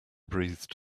breathed